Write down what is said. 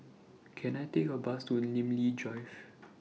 Can I Take A Bus to Namly Drive